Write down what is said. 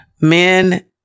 men